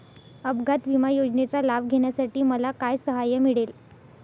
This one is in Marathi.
अपघात विमा योजनेचा लाभ घेण्यासाठी मला काय सहाय्य मिळेल?